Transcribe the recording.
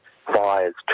fires